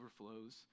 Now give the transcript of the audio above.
overflows